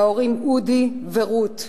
ההורים אודי ורות,